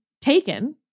taken